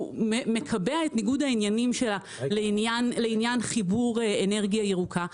הוא מקבע את ניגוד העניינים שלה לעניין חיבור אנרגיה ירוקה.